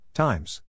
Times